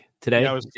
today